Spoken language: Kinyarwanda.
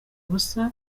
ubusa